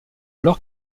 alors